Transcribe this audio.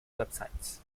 websites